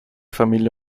familie